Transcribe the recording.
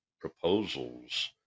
proposals